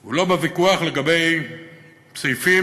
הוא לא בוויכוח לגבי סעיפים,